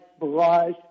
barrage